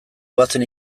goazen